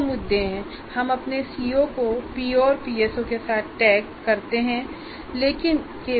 दो मुद्दे हैं हम अपने सीओ को पीओ और पीएसओ के साथ टैग मिलानकरते हैं